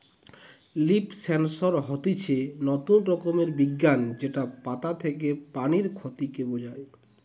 leaf সেন্সর হতিছে নতুন রকমের বিজ্ঞান যেটা পাতা থেকে পানির ক্ষতি কে বোঝায়